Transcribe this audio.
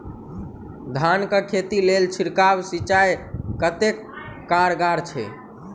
धान कऽ खेती लेल छिड़काव सिंचाई कतेक कारगर छै?